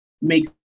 makes